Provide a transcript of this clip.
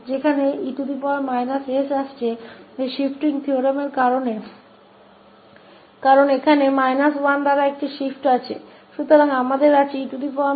तो इस 𝑔𝑡 का लाप्लास e s होगा जहां e s उस शिफ्ट प्रमेय के कारण आ रहा है क्योंकि यहां 1 से एक बदलाव है